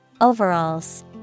Overalls